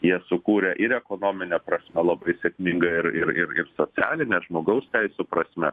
jie sukūrė ir ekonomine prasme labai sėkmingą ir ir ir ir socialinę žmogaus teisių prasme